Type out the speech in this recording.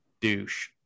douche